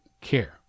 care